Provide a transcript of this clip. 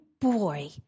boy